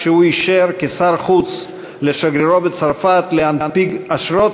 כשהוא אישר כשר חוץ לשגרירו בצרפת להנפיק אשרות